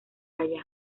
allá